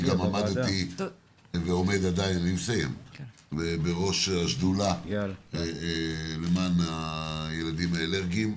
אני עמדתי ועומד עדיין בראש השדולה למען הילדים האלרגיים,